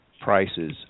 Prices